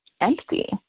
empty